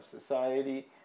society